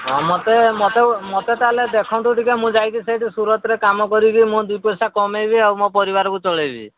ହଁ ମୋତେ ମୋତେ ମୋତେ ତା'ହେଲେ ଦେଖନ୍ତୁ ଟିକେ ମୁଁ ଯାଇକି ସେଇଠି ସୁରଟରେ କାମ କରିକି ମୁଁ ଦୁଇ ପଇସା କମେଇବି ଆଉ ମୋ ପରିବାରକୁ ଚଳେଇବି